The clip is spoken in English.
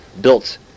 built